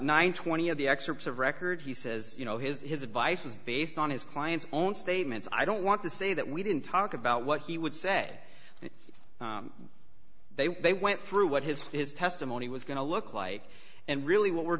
and twenty of the excerpts of record he says you know his his advice was based on his client's own statements i don't want to say that we didn't talk about what he would say they went through what his his testimony was going to look like and really what we're